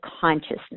consciousness